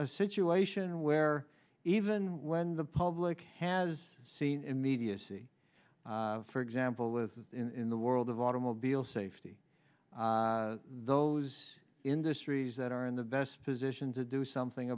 a situation where even when the public has seen immediacy for example as in the world of automobile safety those industries that are in the best position to do something